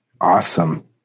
Awesome